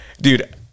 Dude